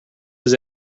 his